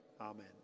Amen